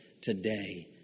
today